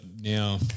now